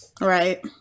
right